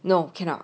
no cannot